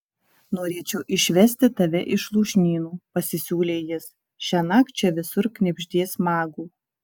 norėčiau išvesti tave iš lūšnynų pasisiūlė jis šiąnakt čia visur knibždės magų